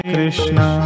Krishna